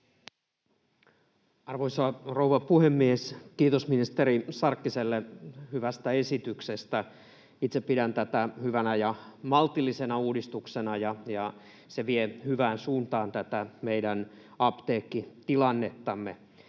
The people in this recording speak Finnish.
Arvoisa rouva puhemies! Kiitos ministeri Sarkkiselle hyvästä esityksestä. Itse pidän tätä hyvänä ja maltillisena uudistuksena, ja se vie hyvään suuntaan tätä meidän apteekkitilannettamme.